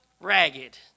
ragged